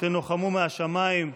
תנוחמו מהשמיים.